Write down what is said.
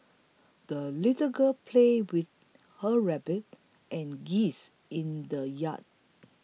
the little girl played with her rabbit and geese in the yard